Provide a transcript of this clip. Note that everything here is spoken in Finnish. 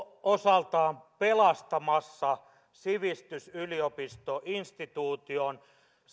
osaltaan pelastamassa sivistysyliopistoinstituution